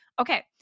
Okay